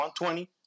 120